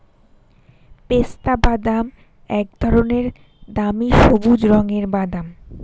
পেস্তাবাদাম এক ধরনের দামি সবুজ রঙের বাদাম